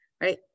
right